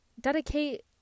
Dedicate